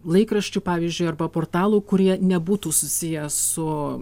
laikraščių pavyzdžiui arba portalų kurie nebūtų susiję su